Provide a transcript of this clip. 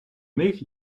них